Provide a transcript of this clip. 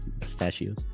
pistachios